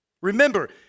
Remember